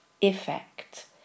effect